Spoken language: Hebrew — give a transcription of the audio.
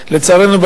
לצערנו,